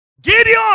Gideon